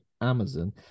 Amazon